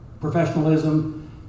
professionalism